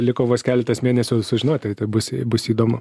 liko vos keletas mėnesių sužinoti tai tai bus į bus įdomu